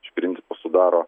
iš principo sudaro